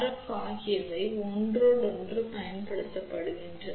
F ஆகியவை ஒன்றோடொன்று பயன்படுத்தப்படுகின்றன